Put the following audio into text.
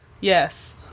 yes